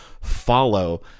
follow